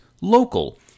local